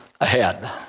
ahead